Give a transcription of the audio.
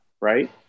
right